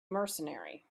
mercenary